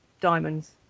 diamonds